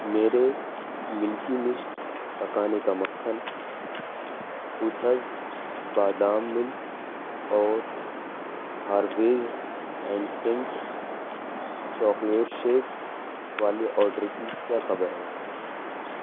میرے ملکی مسٹ پکانے کا مکھن کوتھَز بادام ملک اور Harvey's and sons chocolate shake والی آرڈر کی کیا خبر ہے